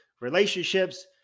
relationships